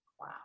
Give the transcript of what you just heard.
Wow